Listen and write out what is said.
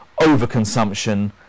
overconsumption